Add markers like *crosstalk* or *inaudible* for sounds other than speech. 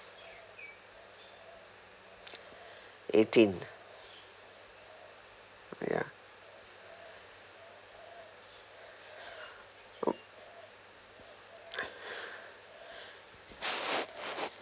eighteen yeah *noise*